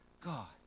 God